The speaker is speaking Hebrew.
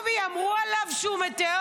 אמרו על קובי יעקובי שהוא מטאור.